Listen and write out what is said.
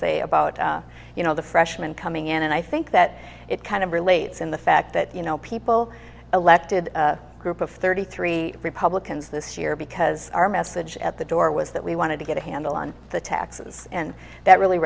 say about you know the freshman coming in and i think that it kind of relates in the fact that you know people elected group of thirty three republicans this year because our message at the door was that we wanted to get a handle on the taxes and that really